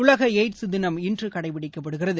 உலக எய்ட்ஸ் தினம் இன்று கடைபிடிக்கப்படுகிறது